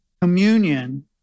communion